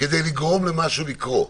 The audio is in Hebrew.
כדי לגרום למשהו לקרות,